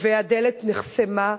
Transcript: והדלת נחסמה.